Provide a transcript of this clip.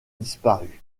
disparu